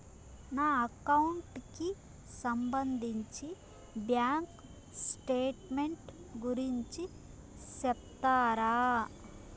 నా అకౌంట్ కి సంబంధించి బ్యాంకు స్టేట్మెంట్ గురించి సెప్తారా